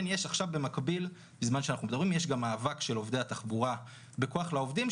במקביל יש גם מאבק של עובדי התחבורה בכוח לעובדים,